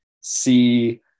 see